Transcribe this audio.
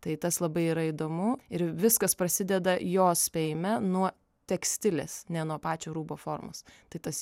tai tas labai yra įdomu ir viskas prasideda jos spėjime nuo tekstilės ne nuo pačio rūbo formos tai tas